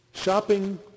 Shopping